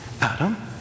Adam